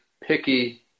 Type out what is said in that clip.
picky